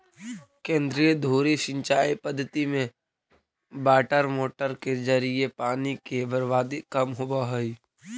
केंद्रीय धुरी सिंचाई पद्धति में वाटरमोटर के जरिए पानी के बर्बादी कम होवऽ हइ